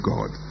God